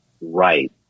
Right